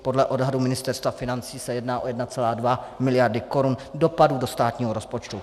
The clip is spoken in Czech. Podle odhadu Ministerstva financí se jedná o 1,2 miliardy korun dopadů do státního rozpočtu.